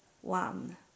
one